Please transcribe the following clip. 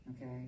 Okay